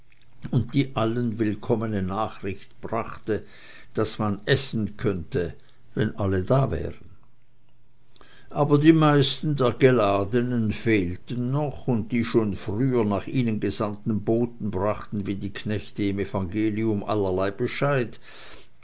und die allen willkommene nachricht brachte daß man essen könnte wenn alle da wären aber die meisten der geladenen fehlten noch und die schon früher nach ihnen gesandten boten brachten wie die knechte im evangelium allerlei bescheid